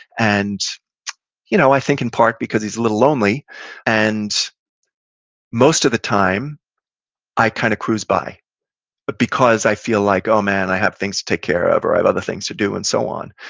and you know i think in part because he's a little lonely and most of the time i kind of cruise by but because i feel like, oh man, i have things to take care of, or i have other things to do and so on.